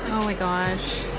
oh, my gosh.